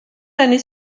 années